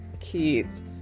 kids